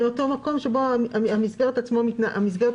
זה אותו מקום שבו המסגרת עצמה מתנהלת,